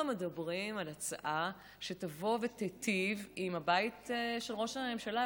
אנחנו מדברים על הצעה שתבוא ותיטיב עם הבית של ראש הממשלה,